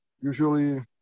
usually